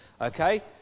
Okay